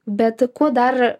bet kuo dar